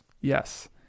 Yes